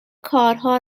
کارها